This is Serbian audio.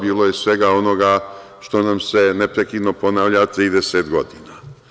Bilo je svega onoga što nam se neprekidno ponavlja 30 godina.